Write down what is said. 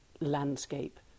Landscape